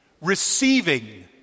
receiving